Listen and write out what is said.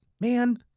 man